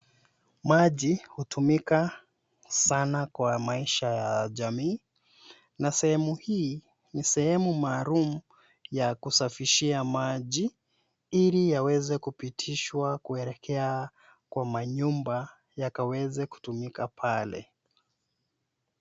Maji hutumika sana kwa maisha ya jamii na sehemu hii ni sehemu maalum ya kusafishia maji ili yaweze kupitishwa kuelekea kwa manyumba yakaweze kutumika pale.